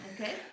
Okay